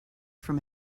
from